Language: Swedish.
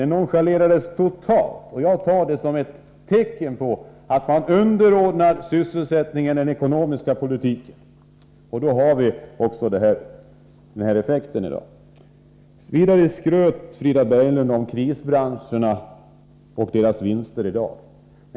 Det nonchalerades totalt. Jag ser det som ett tecken på att sysselsättningen av socialdemokraterna underordnas den ekonomiska politiken. Därför får vi också de effekter jag talat om i dag. Vidare skröt Frida Berglund med krisbranscherna och deras vinster i dag.